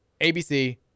ABC